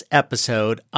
episode